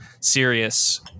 serious